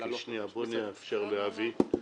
נאפשר לאבי קודם.